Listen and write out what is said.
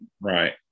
right